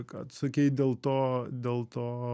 ką tu sakei dėl to dėl to